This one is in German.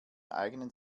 eignen